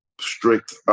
strict